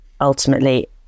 ultimately